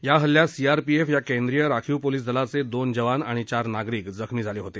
या इल्ल्यात C R P F या केंद्रीय राखीव पोलीस दलाचे दोन जवान आणि चार नागरिक जखमी झाले होते